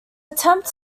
attempt